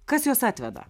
kas juos atveda